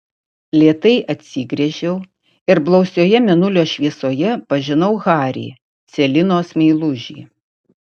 lėtai atsigręžiau ir blausioje mėnulio šviesoje pažinau harį celinos meilužį